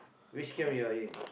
which camp you are in